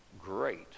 great